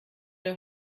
der